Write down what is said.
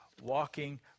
walking